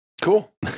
Cool